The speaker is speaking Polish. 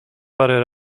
parę